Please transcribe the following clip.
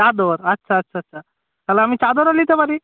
চাদর আচ্ছা আচ্ছা আচ্ছা তাহলে আমি চাদরও নিতে পারি